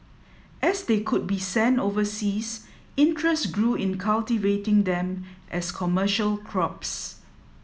as they could be sent overseas interest grew in cultivating them as commercial crops